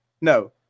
No